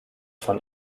von